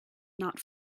not